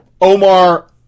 Omar